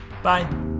Bye